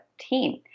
team